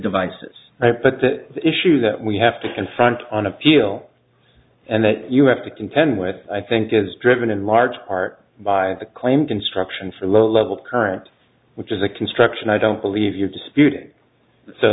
devices but that issue that we have to confront on appeal and that you have to contend with i think is driven in large part by the claim construction for low level current which is a construction i don't believe you're disputing